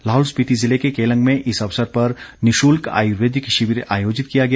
लाहौल स्पीति ज़िले के केलंग में इस अवसर पर निशुल्क आयुर्वेदिक शिविर आयोजित किया गया